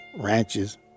ranches